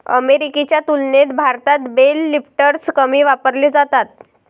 अमेरिकेच्या तुलनेत भारतात बेल लिफ्टर्स कमी वापरले जातात